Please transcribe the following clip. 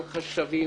על חשבים